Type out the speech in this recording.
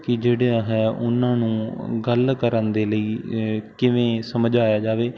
ਕਿ ਜਿਹੜਾ ਹੈ ਉਹਨਾਂ ਨੂੰ ਗੱਲ ਕਰਨ ਦੇ ਲਈ ਕਿਵੇਂ ਸਮਝਾਇਆ ਜਾਵੇ